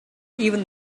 even